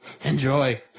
Enjoy